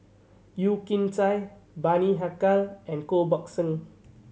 Yeo Kian Chai Bani Haykal and Koh Buck Song